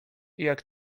jak